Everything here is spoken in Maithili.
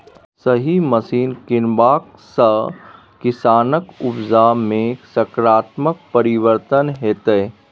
सही मशीन कीनबाक सँ किसानक उपजा मे सकारात्मक परिवर्तन हेतै